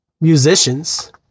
musicians